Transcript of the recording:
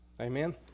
Amen